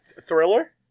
Thriller